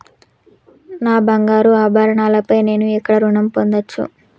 నా బంగారు ఆభరణాలపై నేను ఎక్కడ రుణం పొందచ్చు?